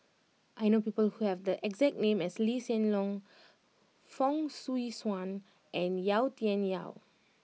I know people who have the exact name as Lee Hsien Loong Fong Swee Suan and Yau Tian Yau